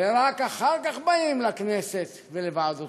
ורק אחר כך באים לכנסת ולוועדותיה.